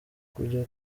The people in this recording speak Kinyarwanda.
kujya